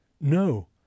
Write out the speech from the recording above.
no